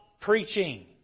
preaching